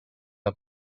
are